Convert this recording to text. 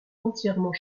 entièrement